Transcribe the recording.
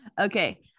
Okay